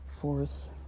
fourth